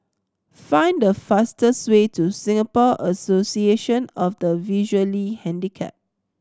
find the fastest way to Singapore Association of the Visually Handicapped